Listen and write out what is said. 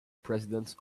presidents